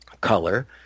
color